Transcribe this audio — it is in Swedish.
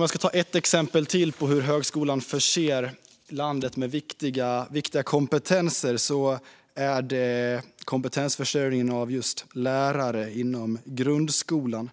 Låt mig ta ännu ett exempel på hur högskolan förser landet med viktiga kompetenser. Det gäller kompetensförsörjningen av lärare inom grundskolan.